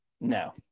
No